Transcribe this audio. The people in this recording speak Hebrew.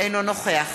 אינו נוכח